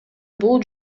бул